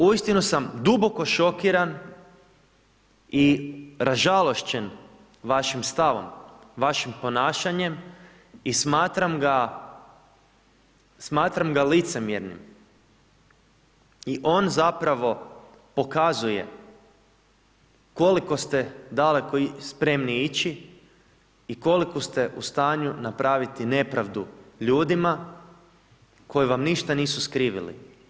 Uistinu sam duboko šokiran i ražalošćen vašim stavom, vašim ponašanjem i smatram ga licemjernim i on zapravo pokazuje koliko ste daleko spremni ići i koliku ste u stanju napraviti nepravdu ljudima koji vam ništa nisu skrivili.